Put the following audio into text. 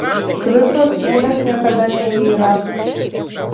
tvirtos siūlės niekada neyra